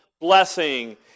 blessing